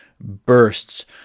bursts